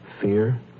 Fear